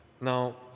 now